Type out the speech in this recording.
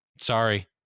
Sorry